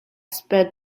sped